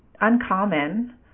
uncommon